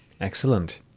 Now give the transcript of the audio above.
excellent